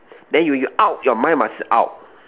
then you you out your mind must out